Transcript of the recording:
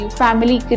family